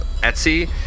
etsy